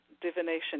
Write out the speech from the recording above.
divination